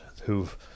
who've